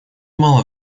мало